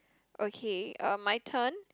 okay um my turn